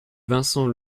vincent